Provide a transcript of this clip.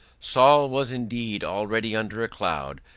saul was indeed already under a cloud,